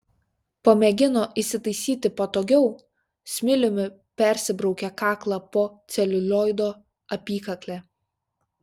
pamėgino įsitaisyti patogiau smiliumi persibraukė kaklą po celiulioido apykakle